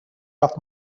off